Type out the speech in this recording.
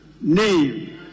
name